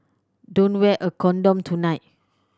don't wear a condom tonight